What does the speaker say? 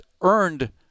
earned